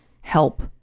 help